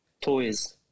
toys